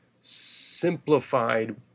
simplified